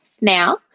now